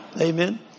Amen